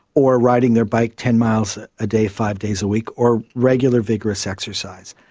or riding their bikes ten miles a day, five days a week, or regular vigorous exercise.